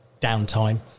downtime